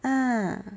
ah